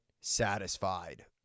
satisfied